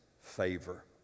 favor